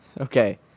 Okay